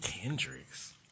Hendrix